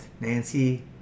Nancy